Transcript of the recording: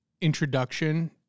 introduction